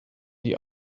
die